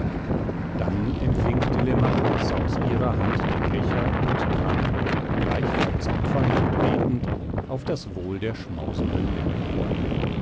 dann empfing telemachos aus ihrer hand den becher und trank gleichfalls opfernd und betend auf das wohl der schmausenden männer